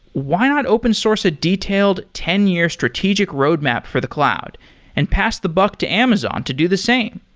why not open source a detailed ten year strategic roadmap for the cloud and pass the buck to amazon to do the same?